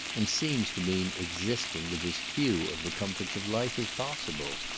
and seems to mean existing with as few of the comforts of life as possible.